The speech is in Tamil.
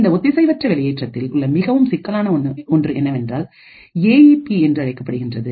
இந்த ஒத்திசைவற்ற வெளியேற்றத்தில் உள்ள மிகவும் சிக்கலான ஒன்று என்னவென்றால் ஏ இ பி என்று அழைக்கப்படுகின்றது